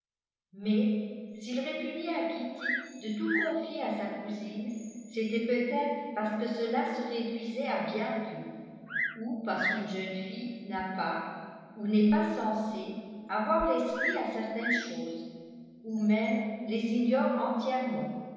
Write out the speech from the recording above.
mais s'il répugnait à kitty de tout confier à sa cousine c'était peut-être parce que cela se réduisait à bien peu ou parce qu'une jeune fille n'a pas ou n'est pas censée avoir l'esprit à certaines choses ou même les ignore entièrement